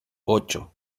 ocho